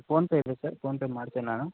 phone pay ಇದೆಯಾ sir PhonePe ಮಾಡ್ತೀನಿ ನಾನು